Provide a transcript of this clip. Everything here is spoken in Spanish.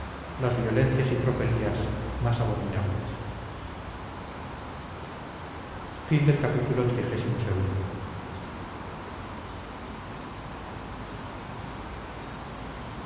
las violencias y tropelías más abominables